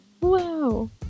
Wow